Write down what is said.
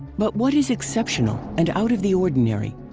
but what is exceptional and out of the ordinary?